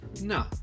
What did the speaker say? No